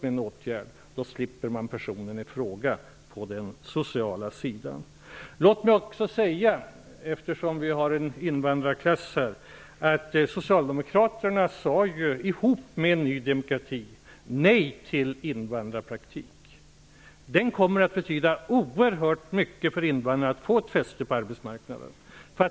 Då slipper man personen i fråga på den sociala sidan. Låt mig också säga, eftersom vi har en invandrarklass på besök, att Socialdemokraterna tillsammans med Ny demokrati sade nej till invandrarpraktik. Den kommer att betyda oerhört mycket för invandrarna när det gäller att få ett fäste på arbetsmarknaden.